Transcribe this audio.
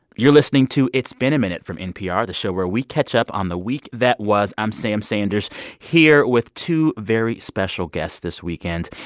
you're listening to it's been a minute from npr, the show where we catch up on the week that was. i'm sam sanders here with two very special guests this weekend,